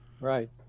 Right